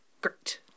Great